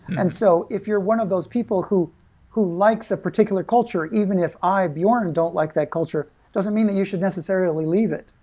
and so if you're one of those people who who likes a particular culture, even if, i, bjorn, don't like that culture, it doesn't mean that you should necessarily leave it.